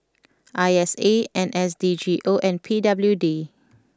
I S A N S D G O and P W D